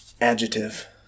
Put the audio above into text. Adjective